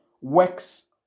works